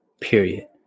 period